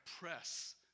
press